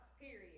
Period